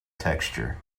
texture